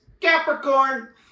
Capricorn